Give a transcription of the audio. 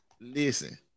listen